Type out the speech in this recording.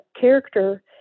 character